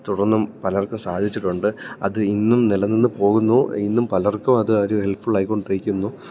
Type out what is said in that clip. തുടര്ന്നും പലർക്കും സാധിച്ചിട്ടുണ്ട് അത് ഇന്നും നിലനിന്നു പോകുന്നു ഇന്നും പലർക്കും അത് ഒരു ഹെൽപ്ഫുള്ളായിക്കൊണ്ടിരിക്കുന്നു